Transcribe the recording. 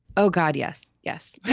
oh, god, yes. yes